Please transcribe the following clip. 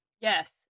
Yes